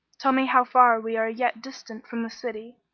tell me how far we are yet distant from the city.